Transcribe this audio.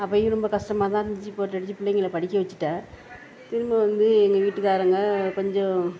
அப்பேயும் ரொம்ப கஷ்டமாக தான் இருந்துச்சு போட்டு அடிச்சு பிள்ளைங்களை படிக்க வெச்சுட்டேன் திரும்ப வந்து எங்கள் வீட்டுக்காரங்கள் கொஞ்சம்